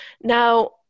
Now